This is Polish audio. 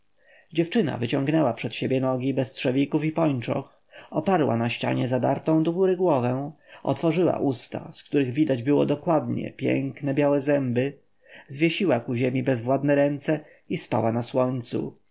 dziewczyna wyciągnęła przed siebie nogi bez trzewików i pończoch oparła na ścianie zadartą do góry głowę otworzyła usta z których widać było dokładnie piękne białe zęby zwiesiła ku ziemi bezwładne ręce i spała na słońcu